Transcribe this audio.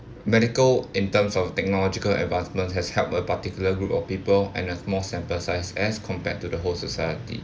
medical in terms of technological advancements has help a particular group of people and a small sample size as compared to the whole society